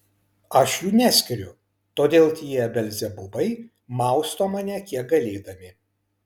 aš jų neskiriu todėl tie belzebubai mausto mane kiek galėdami